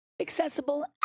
Accessible